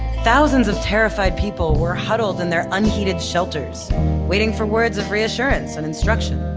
thousands of terrified people were huddled in their unheated shelters waiting for words of reassurance and instruction.